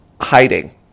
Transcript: hiding